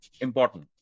important